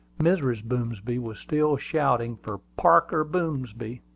mrs. boomsby was still shouting for parker boomsby,